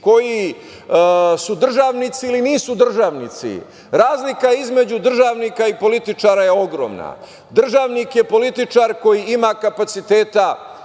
koji su državnici ili nisu državnici. Razlika između državnika i političara je ogromna. Državnik je političar koji ima kapaciteta